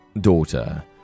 Daughter